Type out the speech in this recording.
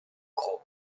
gros